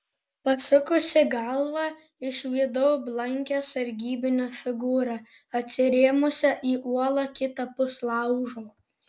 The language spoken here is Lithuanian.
pasukusi galvą išvydau blankią sargybinio figūrą atsirėmusią į uolą kitapus laužo